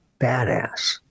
badass